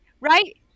Right